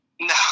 No